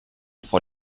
vor